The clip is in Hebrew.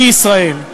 היא ישראל.